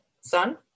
son